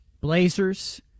Blazers